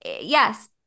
yes